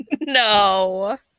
No